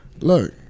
Look